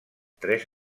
tres